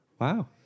Wow